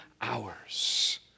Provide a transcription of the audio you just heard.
hours